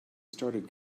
started